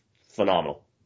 phenomenal